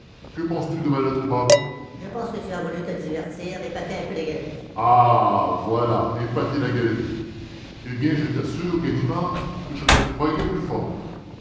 que pensez-vous de ma lettre au baron je pense que vous avez voulu vous divertir épater un peu la galerie ah voilà épater la galerie eh bien je vous assure ganimard que je vous croyais plus fort